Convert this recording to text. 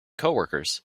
coworkers